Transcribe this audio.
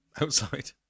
Outside